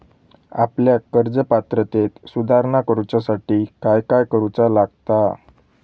आपल्या कर्ज पात्रतेत सुधारणा करुच्यासाठी काय काय करूचा लागता?